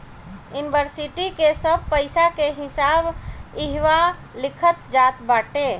इन्वरसिटी के सब पईसा के हिसाब इहवा लिखल जात बाटे